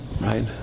Right